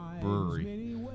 brewery